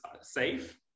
safe